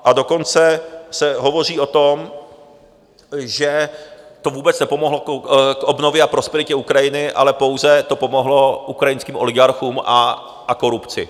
A dokonce se hovoří o tom, že to vůbec nepomohlo k obnově a prosperitě Ukrajiny, ale pouze to pomohlo ukrajinským oligarchům a korupci.